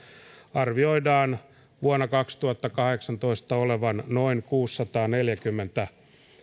arvioidaan vuonna kaksituhattakahdeksantoista olevan noin kuusisataaneljäkymmentä